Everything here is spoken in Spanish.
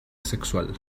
asexual